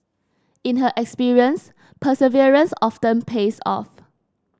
in her experience perseverance often pays off